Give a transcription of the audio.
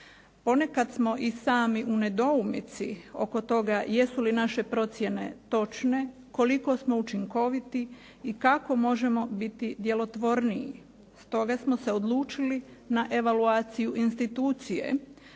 Ponekad smo i sami u nedoumici oko toga jesu li naše procjene točne, koliko smo učinkoviti i kako možemo biti djelotvorniji. Stoga smo se odlučili na evaluaciju institucije,